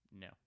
no